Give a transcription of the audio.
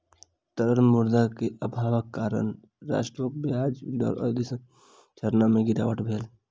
तरल मुद्रा के अभावक कारण राष्ट्रक ब्याज दर अवधि संरचना में गिरावट भेल